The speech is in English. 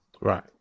Right